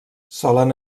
solen